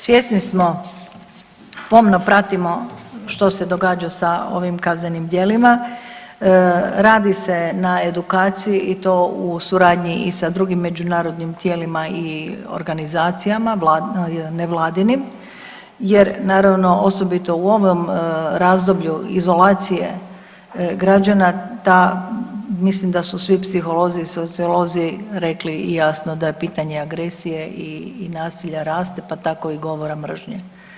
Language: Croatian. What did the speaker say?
Svjesni smo, pomno pratimo što se događa sa ovim kaznenim dijelima, radi se na edukaciji i to u suradnji i sa drugim međunarodnim tijelima i organizacijama nevladinim jer naravno osobito u ovom razdoblju izolacije građana ta mislim da su svi psiholozi i sociolozi rekli jasno da pitanje agresije i nasilja raste pa tako i govora mržnje.